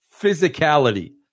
physicality